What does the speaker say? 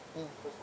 mm